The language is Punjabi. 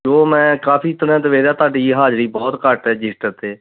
ਉਹ ਮੈਂ ਕਾਫੀ ਦਿਨਾਂ ਤੋਂ ਵੇਖਦਾ ਤੁਹਾਡੀ ਹਾਜ਼ਰੀ ਬਹੁਤ ਘੱਟ ਹੈ ਰਜਿਸਟਰ 'ਤੇ